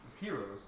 heroes